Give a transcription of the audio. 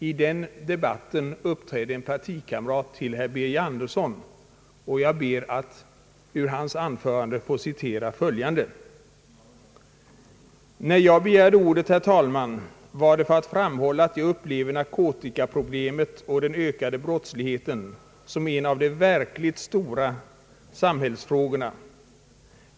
I den debatten uppträdde en partikamrat till herr Birger Andersson, och jag ber att ur hans anförande få citera följande: »När jag begärde ordet, herr talman, var det för att framhålla att jag upplever narkotikaproblemet och den ökande brottsligheten som en av de verkligt stora samhällsfrågorna.